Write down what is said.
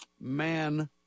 man